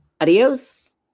Adios